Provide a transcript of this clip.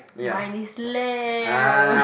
mine is left